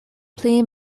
pli